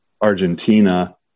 Argentina